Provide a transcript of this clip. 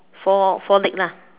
four four leg lah